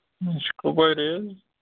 اچھ کۄپوارِ حظ